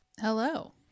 Hello